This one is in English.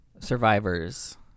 survivors